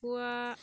কুকুৰা